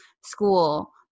school